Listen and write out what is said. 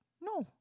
No